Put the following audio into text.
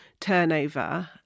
turnover